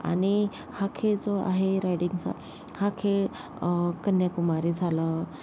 आणि हा खेळ जो आहे रायडिंगचा हा खेळ कन्याकुमारी झालं